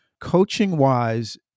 coaching-wise